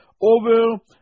over